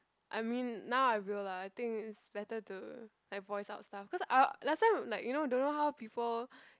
I mean now I will lah I think it's better to like voice out stuff cause I last time like you don't know how people